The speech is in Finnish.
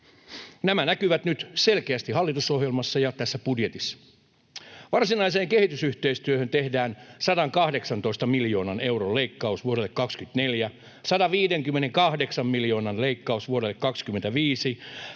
Nämä näkyvät nyt selkeästi hallitusohjelmassa ja tässä budjetissa. Varsinaiseen kehitysyhteistyöhön tehdään 118 miljoonan euron leikkaus vuodelle 24, 158 miljoonan leikkaus vuodelle 25,